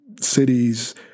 cities